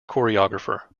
choreographer